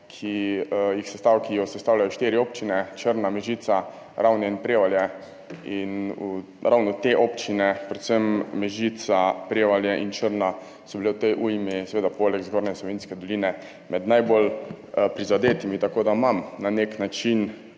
ki jo sestavljajo štiri občine – Črna, Mežica, Ravne in Prevalje in ravno te občine, predvsem Mežica, Prevalje in Črna, so bile v tej ujmi, seveda poleg Zgornje Savinjske doline, med najbolj prizadetimi. Tako da imam na nek način,